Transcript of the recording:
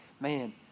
man